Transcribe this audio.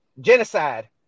Genocide